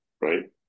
Right